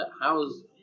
how's